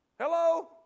Hello